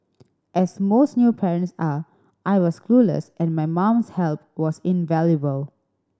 as most new parents are I was clueless and my mum's help was invaluable